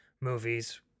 movies